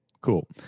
Cool